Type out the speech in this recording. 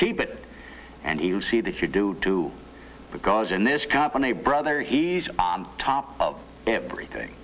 keep it and you see that you do too because in this company brother he's on top of everything